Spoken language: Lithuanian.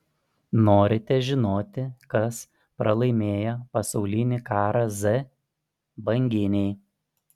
norite žinoti kas pralaimėjo pasaulinį karą z banginiai